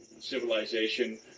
civilization